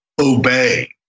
obey